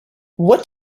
what